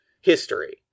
history